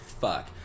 fuck